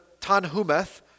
Tanhumeth